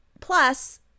plus